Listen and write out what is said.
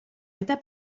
état